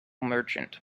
merchant